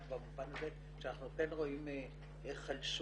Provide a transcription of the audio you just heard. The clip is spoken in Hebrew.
במובן הזה שאנחנו כן רואים החלשות.